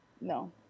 No